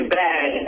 bad